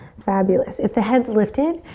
fabulous. if the heads lifted,